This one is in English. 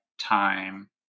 time